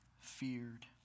feared